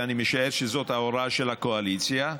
ואני משער שזאת ההוראה של הקואליציה,